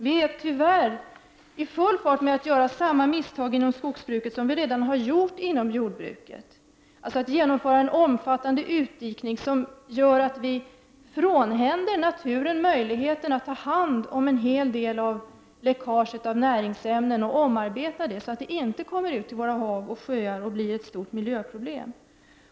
Vi är tyvärr i full fäård med att göra samma misstag inom skogsbruket som vi redan har gjort inom jordbruket, dvs. genomföra en omfattande utdikning, som innebär att vi frånhänder naturen möjligheten att ta hand om en hel del av läckaget av näringsämnen och omarbeta det så att det inte kommer ut i våra hav och sjöar och blir ett stort miljöproblem.